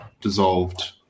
dissolved